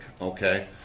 okay